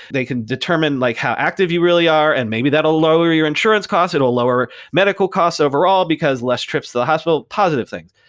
they can determine like how active you really are and maybe that'll lower your insurance cost, it will lower medical costs overall, because less trips to the hospital, positive things.